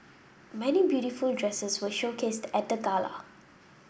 many beautiful dresses were showcased at the gala